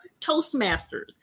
Toastmasters